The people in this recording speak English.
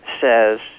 says